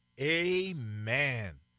Amen